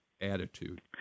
attitude